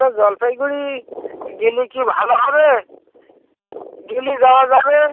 তো জলপাইগুড়ি গেলে কি ভালো হবে গেলে যাওয়া যাবে